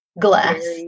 Glass